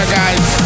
guys